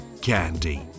candy